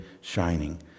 shining